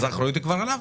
אז האחריות היא כבר עליו.